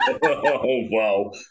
wow